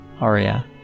aria